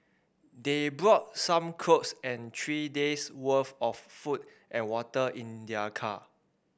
they brought some clothes and three days worth of food and water in their car